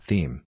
Theme